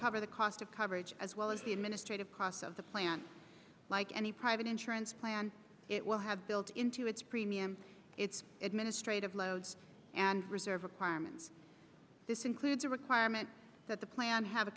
cover the cost of coverage as well as the administrative costs of the plan like any private insurance plan it will have built into its premiums its administrative loads and reserve requirements this includes a requirement that the plan have a